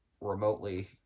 remotely